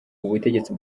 ubutegetsi